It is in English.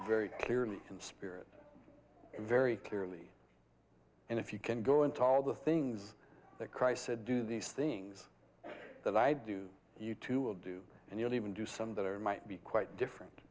very clearly in spirit very clearly and if you can go into all the things that christ said do these things that i do you too will do and you'll even do some that are might be quite different